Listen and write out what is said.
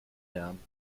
herren